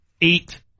eight